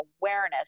awareness